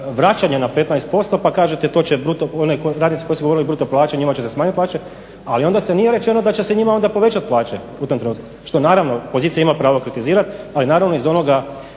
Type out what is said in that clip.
vraćanje na 15% pa kažete to će … /Govornik se ne razumije./ … njima će se smanjiti plaće, ali onda se nije rečeno da će se njima onda povećati plaće u tom trenutku što naravno pozicija ima pravo kritizirati ali naravno iz onoga